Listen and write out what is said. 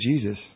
Jesus